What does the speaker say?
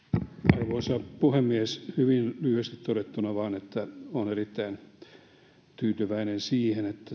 arvoisa puhemies hyvin lyhyesti todettuna vaan että olen erittäin tyytyväinen siihen